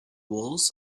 walls